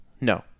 no